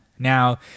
Now